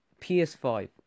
PS5